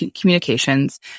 communications